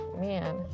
man